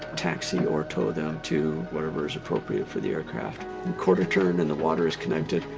taxi or tow them to wherever is appropriate for the aircraft. the quarter-turn and the water is connected.